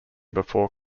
before